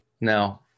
No